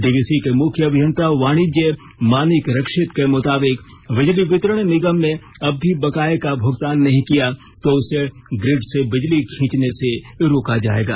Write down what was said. DVC के मुख्य अभियंता वाणिज्य मानिक रक्षित के मुताबिक बिजली वितरण निगम ने अब भी बकाए का भुगतान नहीं किया तो उसे ग्रिड से बिजली खींचने से रोका जाएगा